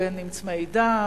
בין שקראו להם "צמאי דם",